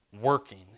working